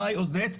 Y או Z,